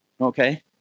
Okay